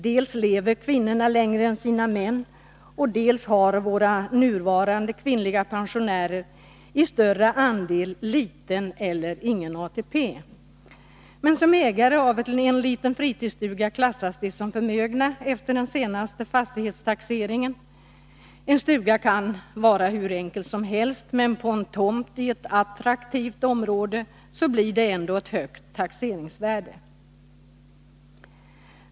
Dels lever kvinnorna längre än sina män, dels har våra nuvarande kvinnliga pensionärer i stor omfattning liten eller ingen ATP. Men som ägare av en liten fritidsstuga klassas de som förmögna efter den senaste fastighetstaxeringen. En stuga kan vara hur enkel som helst, men på en tomt i ett attraktivt område blir det ändå ett högt taxeringsvärde.